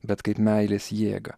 bet kaip meilės jėgą